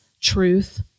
truth